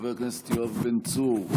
חבר הכנסת יואב בן צור,